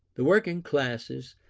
the working classes,